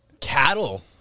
Cattle